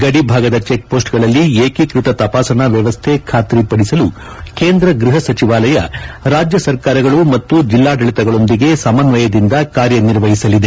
ಗಡಿ ಭಾಗದ ಚೆಕ್ ಪೋಸ್ಟ್ಗಳಲ್ಲಿ ಏಕೀಕೃತ ತಪಾಸಣಾ ವ್ಯವಸ್ಥೆ ಖಾತ್ರಿಪಡಿಸಲು ಕೇಂದ್ರ ಗ್ಬಹ ಸಚಿವಾಲಯ ರಾಜ್ಯ ಸರ್ಕಾರಗಳು ಮತ್ತು ಜಿಲ್ಲಾಡಳಿತಗಳೊಂದಿಗೆ ಸಮನ್ವಯದಿಂದ ಕಾರ್ಯ ನಿರ್ವಹಿಸಲಿದೆ